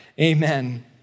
Amen